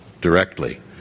directly